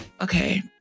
okay